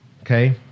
Okay